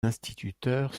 instituteurs